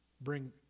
bring